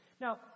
Now